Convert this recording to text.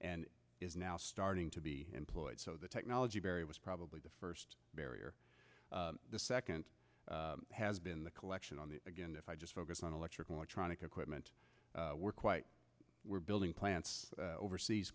and is now starting to be employed so the technology barrier was probably the first barrier the second has been the collection on the again if i just focus on electrical electronic equipment we're quite we're building plants overseas